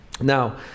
Now